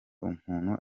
umuntu